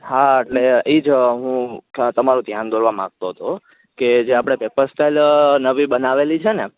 હા એટલે ઈજ હું હ તમારું ધ્યાન દોરવા માંગતો હતો કે જે આપળે પેપર સ્ટાઈલ નવી બનાવેલી છેને